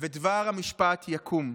ודבר המשפט יקום".